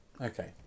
Okay